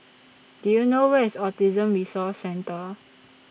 Do YOU know Where IS Autism Resource Centre